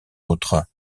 autres